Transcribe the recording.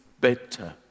better